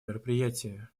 мероприятии